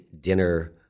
dinner